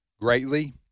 greatly